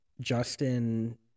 Justin